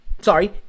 sorry